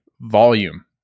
volume